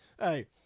Hey